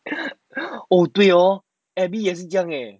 oh 对 hor 也是这样 eh